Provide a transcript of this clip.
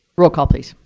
roll call, please.